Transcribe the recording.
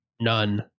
None